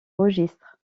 registre